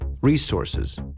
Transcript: resources